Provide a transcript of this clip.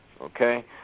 Okay